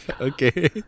Okay